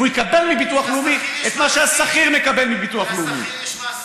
והוא יקבל מביטוח לאומי את מה שהשכיר מקבל מביטוח לאומי.